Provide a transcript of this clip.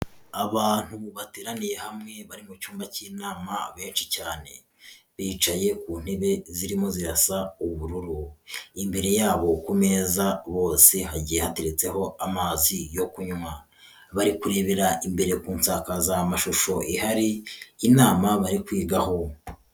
Abantu bateraniye hamwe bari mu cyumba cy'inama benshi cyane, bicaye ku ntebe zirimo zirasa ubururu. Imbere yabo ku meza bose, hagiye hateretseho amazi yo kunywa. Bari kurebera imbere ku nsakazamashusho ihari inama bari kwigaho.